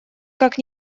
как